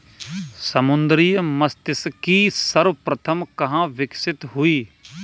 समुद्री मत्स्यिकी सर्वप्रथम कहां विकसित हुई?